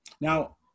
Now